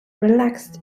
relaxed